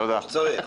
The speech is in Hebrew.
תודה.